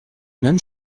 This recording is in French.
même